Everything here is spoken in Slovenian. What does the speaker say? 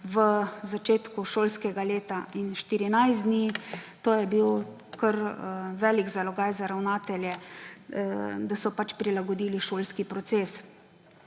v začetku šolskega leta. In 14 dni, to je bil kar velik zalogaj za ravnatelje, da so pač prilagodili šolski proces.